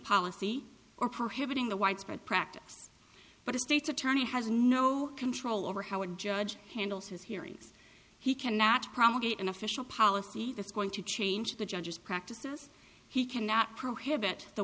policy or prohibiting the widespread practice but a state attorney has no control over how a judge handles his hearings he cannot promulgated an official policy that's going to change the judge's practices he cannot prohibit the